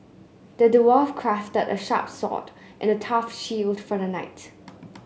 the dwarf crafted a sharp sword and a tough shield for the knight